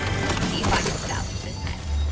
let's see if i can salvage this mess.